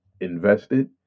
invested